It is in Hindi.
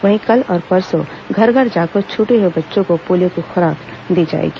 वहीं कल और परसों घर घर जाकर छूटे हुए बच्चों को पोलियो की खुराक दी जाएगी